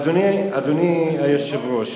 אדוני היושב-ראש,